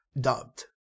dubbed